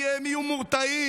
כי הם יהיו מורתעים,